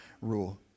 rule